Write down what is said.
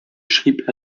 schrieb